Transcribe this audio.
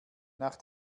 nach